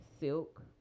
Silk